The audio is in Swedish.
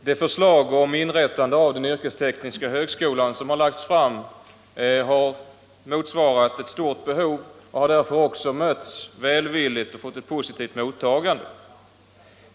Herr talman! Det förslag om inrättande av en yrkesteknisk högskola som har lagts fram har motsvarat ett stort behov och har också därför fått ett positivt mottagande.